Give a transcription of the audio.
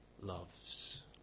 loves